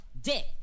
dick